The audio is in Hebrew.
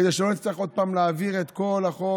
כדי שלא נצטרך עוד פעם להעביר את כל החוק